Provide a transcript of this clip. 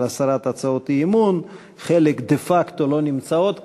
הסרת הצעות האי-אמון וחלק דה-פקטו לא נמצאות כאן,